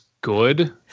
good